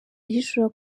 ahishura